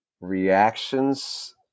reactions